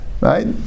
Right